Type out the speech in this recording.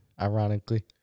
Ironically